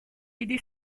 aider